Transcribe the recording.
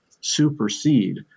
supersede